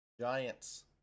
Giants